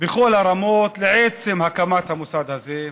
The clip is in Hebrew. בכל הרמות לעצם הקמת המוסד הזה,